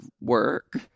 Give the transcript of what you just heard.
work